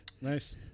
Nice